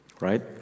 right